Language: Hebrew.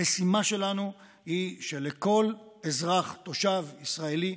המשימה שלנו היא שלכל אזרח, תושב ישראלי,